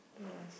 to us